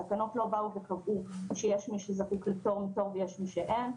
התקנות לא באו וקבעו שיש מי שזקוק לפטור מתור ויש מי שאין,